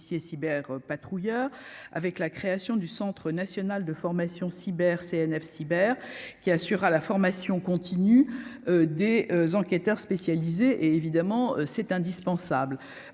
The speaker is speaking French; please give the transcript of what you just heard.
et à la création du Centre national de formation cyber (CNF-Cyber), qui assurera la formation continue des enquêteurs spécialisés- c'est évidemment indispensable.